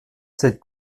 cette